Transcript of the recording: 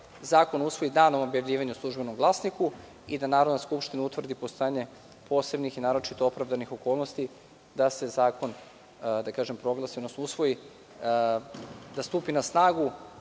zakon usvoji danom objavljivanja u „Službenom glasniku“ i da Narodna skupština utvrdi postojanje posebnih i naročito opravdanih okolnosti da se zakon proglasi, odnosno usvoji, da stupi na snagu